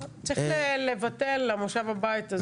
צריך לבטל למושב הבא את הזום.